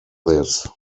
this